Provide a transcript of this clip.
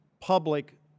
public